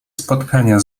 spotkania